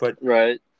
Right